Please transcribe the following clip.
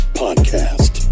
podcast